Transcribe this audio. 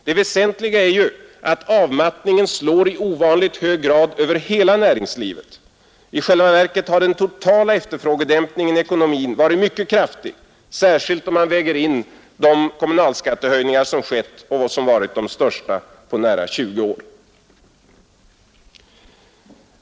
Det väsentliga är ju att avmattningen slår i ovanligt hög grad över hela näringslivet. I själva verket har den totala efterfrågedämpningen i ekonomin varit mycket kraftig, särskilt om man väger in de kommunalskattehöjningar som har skett och som har varit de största på nära 20 år.